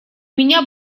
меня